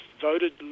voted